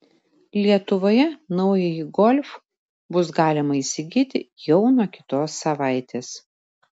lietuvoje naująjį golf bus galima įsigyti jau nuo kitos savaitės